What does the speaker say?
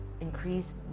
increase